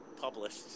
published